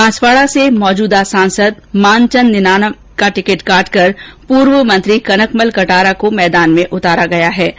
बांसवाड़ा से मौजूदा सांसद मानचंद निनामा का टिकट काटकर पूर्व मंत्री कनकमल कटारा को मैदान में उतारा गयाहै